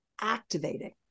activating